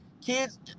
kids